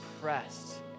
pressed